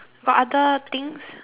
got other things